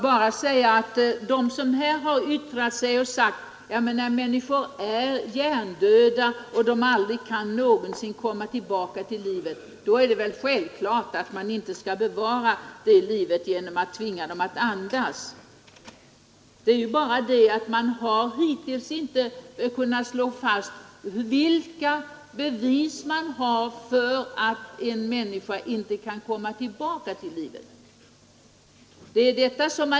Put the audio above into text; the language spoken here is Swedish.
Fru talman! Några här har sagt, att man inte skall försöka bevara hjärndöda människor till livet genom att tvinga dem att andas. Men när man inte ännu kan bevisa att en hjärndöd människa inte kan komma tillbaka till livet!